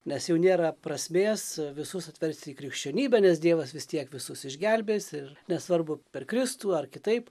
nes jau nėra prasmės visus atversti į krikščionybę nes dievas vis tiek visus išgelbės ir nesvarbu per kristų ar kitaip